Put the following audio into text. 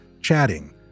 chatting